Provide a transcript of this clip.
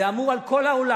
זה אמור על כל העולם.